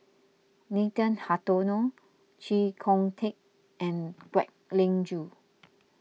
Nathan Hartono Chee Kong Tet and Kwek Leng Joo